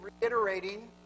reiterating